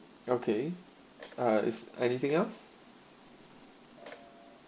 okay ah is anything else